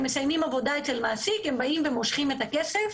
מסיימים עבודה אצל מעסיק הם באים ומושכים את הכסף.